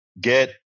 get